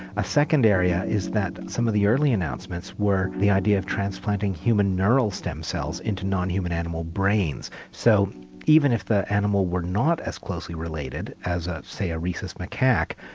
a second area is that some of the early announcements were the idea of transplanting human neural stem cells into non-human animal brains. so even if the animal were not as closely related as, ah say, a rhesus macaque.